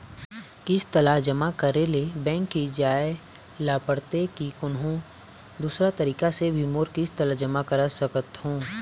किस्त ला जमा करे ले बैंक ही जाए ला पड़ते कि कोन्हो दूसरा तरीका से भी मोर किस्त ला जमा करा सकत हो?